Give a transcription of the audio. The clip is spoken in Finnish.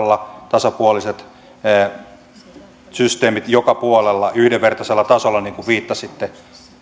tasapuoliset systeemit joka puolella yhdenvertaisella tasolla niin kuin viittasitte kyllä minä olen valmis tätä asiaa